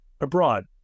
abroad